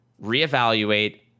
reevaluate